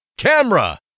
Camera